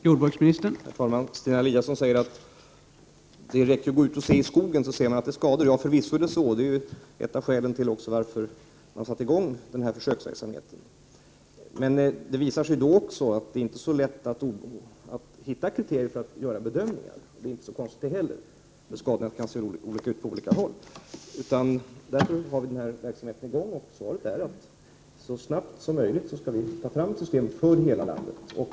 Herr talman! Stina Eliasson säger att det räcker att gå ut i skogen och titta, så ser man att skador har skett. Förvisso är det så. Det är också ett av skälen till att man har satt i gång denna försöksverksamhet. Men det visar sig då också att det inte är så lätt att hitta kriterier för bedömningar. Det är inte heller så konstigt. Skadorna kan ju se olika ut på olika håll. Därför har vi denna verksamhet i gång. Mitt svar är att vi så snart som möjligt skall ta fram ett system för hela landet.